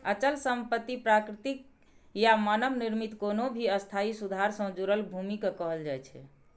अचल संपत्ति प्राकृतिक या मानव निर्मित कोनो भी स्थायी सुधार सं जुड़ल भूमि कें कहल जाइ छै